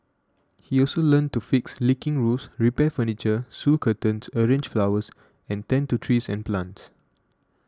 he also learnt to fix leaking roofs repair furniture sew curtains arrange flowers and tend to trees and plants